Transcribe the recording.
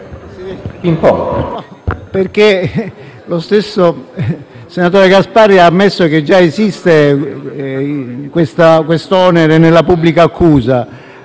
lo stesso senatore Gasparri ha ammesso che già esiste l'onere nella pubblica accusa.